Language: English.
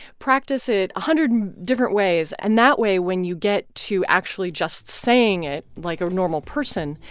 practice it a hundred different ways. and that way when you get to actually just saying it like a normal person,